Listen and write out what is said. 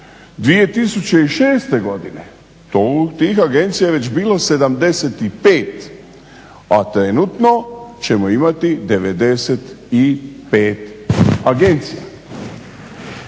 2006. godine tih agencija je već bilo 75, a trenutno ćemo imati 95 agencija.